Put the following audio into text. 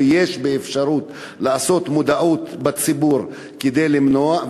ויש אפשרות להביא זאת למודעות בציבור כדי למנוע,